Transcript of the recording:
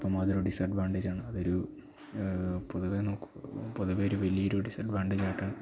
അപ്പം അതൊരു ഡിസഡ്വാൻറ്റേജ് ആണ് അതൊരു പൊതുവെ നോക്കു പൊതുവെ ഒരു വലിയ ഒരു ഡിസഡ്വാൻറ്റേജായിട്ട്